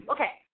Okay